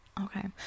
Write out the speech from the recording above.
okay